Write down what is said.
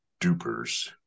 dupers